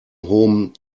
hohem